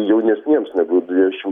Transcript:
jaunesniems negu dviejų šimtų dvidešimt